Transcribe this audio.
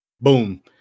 Boom